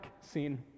scene